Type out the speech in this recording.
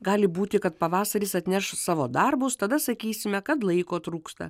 gali būti kad pavasaris atneš savo darbus tada sakysime kad laiko trūksta